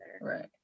Right